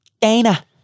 Dana